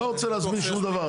לא רוצה להזמין שום דבר.